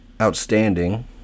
outstanding